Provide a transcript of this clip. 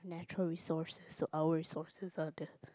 natural resource so our resources are the